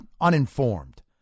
uninformed